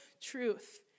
truth